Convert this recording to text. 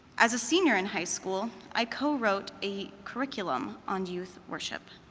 as a senior in high school, i co wrote a curriculum on youth worship.